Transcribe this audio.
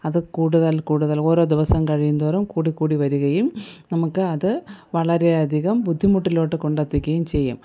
അത് കൂടുതൽ കൂടുതൽ ഓരോ ദിവസം കഴിയുംതോറും കൂടിക്കൂടി വരികയും നമുക്ക് അത് വളരെയധികം ബുദ്ധിമുട്ടിലോട്ട് കൊണ്ടെത്തിക്കുകയും ചെയ്യും